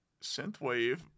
synthwave